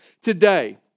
today